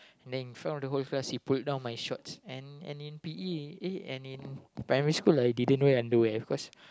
and then in front of the whole class he pulled down my shorts and and in p_e eh and in primary school I didn't wear underwear cause